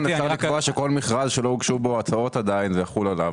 --- לקבוע שכל מכרז שלא הוגשו בו הצעות עדיין זה יחול עליו.